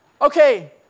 Okay